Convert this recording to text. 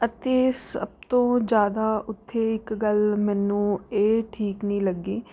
ਅਤੇ ਸਭ ਤੋਂ ਜ਼ਿਆਦਾ ਉੱਥੇ ਇੱਕ ਗੱਲ ਮੈਨੂੰ ਇਹ ਠੀਕ ਨਹੀਂ ਲੱਗੀ